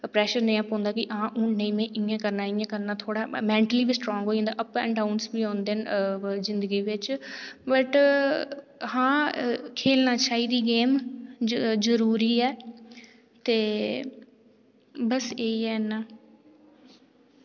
pressure नेहा पौंदा कि हां हुन नेईं में इ'यां करना इ'यां करना थोह्ड़ा मैन्टली बी स्ट्रांग होई जंदा अप एंड डाउन्स बी होंदे न जिंदगी बिच बट हां खेलना चाहिदी गेम्ज जरुरी ऐ ते बस एह् हैन न